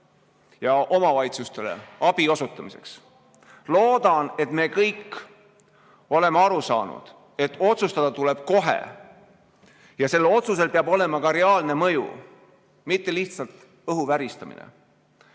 ja omavalitsustele abi osutamiseks. Loodan, et me kõik oleme aru saanud, et otsustada tuleb kohe ja et sellel otsusel peab olema ka reaalne mõju, mitte lihtsalt õhu väristamine.